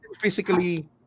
physically